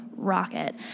rocket